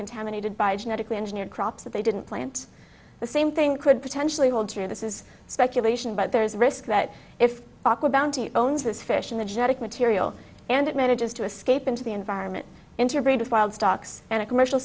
contaminated by genetically engineered crops that they didn't plant the same thing could potentially hold true this is speculation but there is a risk that if aqua bounty owns this fish in the genetic material and it manages to escape into the environment interbreed with wild stocks and a commercial